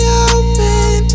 open